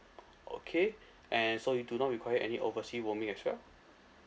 okay and so you do not require any oversea roaming as well